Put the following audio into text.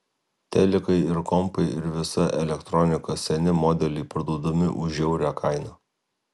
telikai ir kompai ir visa elektronika seni modeliai parduodami už žiaurią kainą